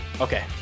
Okay